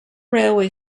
railway